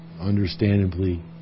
understandably